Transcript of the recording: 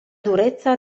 durezza